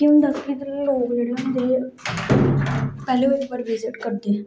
केह् होंदा कि लोक जेह्ड़े होंदे पैह्ले पर विजिट करदे